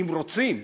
אם רוצים,